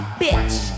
bitch